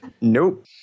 Nope